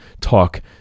talk